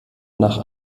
nach